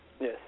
Yes